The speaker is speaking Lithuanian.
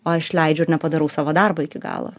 o išleidžiu ir nepadarau savo darbo iki galo